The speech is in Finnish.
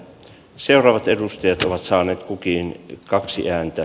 seuraavat edustajat ovat saaneet kukin kaksi ääntä